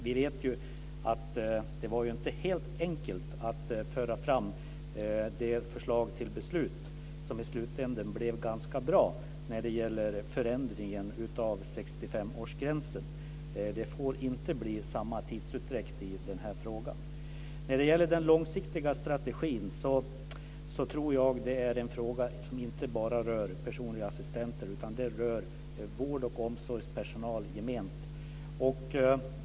Vi vet ju att det inte var helt enkelt att föra fram de förslag till beslut som gällde förändringen av 65 årsgränsen och som i slutändan blev ganska bra. Det får inte bli samma tidsutdräkt i den här frågan. Den långsiktiga strategin tror jag är en fråga som inte bara rör personliga assistenter, utan det rör vårdoch omsorgspersonal generellt.